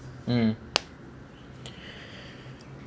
mm